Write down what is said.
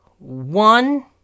One